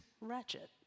ratchet